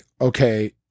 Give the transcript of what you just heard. okay